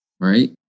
right